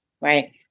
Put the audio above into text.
right